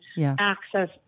access